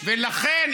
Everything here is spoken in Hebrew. לכן,